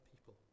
people